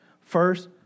First